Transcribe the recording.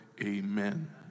amen